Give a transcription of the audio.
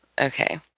Okay